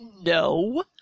No